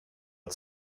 att